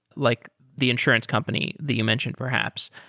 like the insurance company the you mentioned perhaps,